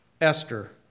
Esther